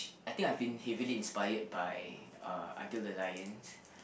I think I've been heavily inspired by uh Until the Lions